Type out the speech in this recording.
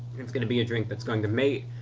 it's gonna be a drink that's going to make